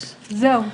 זהו.